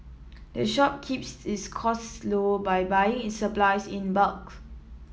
the shop keeps its costs low by buying its supplies in bulk